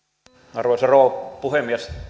arvoisa rouva puhemies